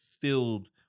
filled